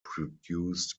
produced